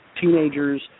teenagers